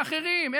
ואחרים,